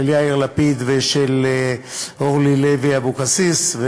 של יאיר לפיד ושל אורלי לוי אבקסיס.